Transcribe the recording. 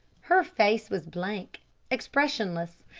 her face was blank expressionless.